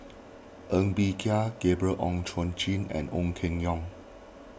Ng Bee Kia Gabriel Oon Chong Jin and Ong Keng Yong